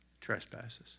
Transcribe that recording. trespasses